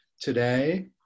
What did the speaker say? today